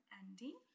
ending